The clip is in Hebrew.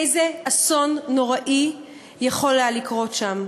איזה אסון נוראי יכול היה לקרות שם.